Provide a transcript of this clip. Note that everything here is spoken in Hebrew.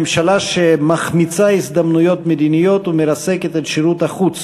ממשלה שמחמיצה הזדמנויות מדיניות ומרסקת את שירות החוץ.